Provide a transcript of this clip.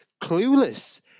Clueless